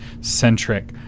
centric